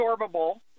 absorbable